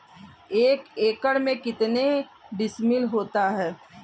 एक एकड़ में कितने डिसमिल होता है?